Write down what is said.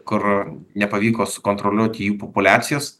kur nepavyko sukontroliuoti jų populiacijos